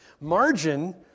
Margin